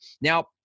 Now